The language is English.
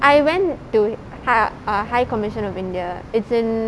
I went to hi~ err high commission of india it's in